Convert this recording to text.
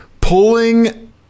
Pulling